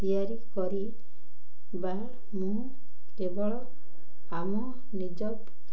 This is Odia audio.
ତିଆରି କରି ବା ମୁଁ କେବଳ ଆମ ନିଜ